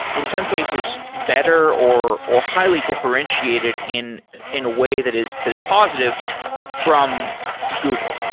in some cases, better, or or highly differentiated in in a way that is that is positive from google,